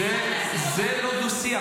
זה לא דו-שיח.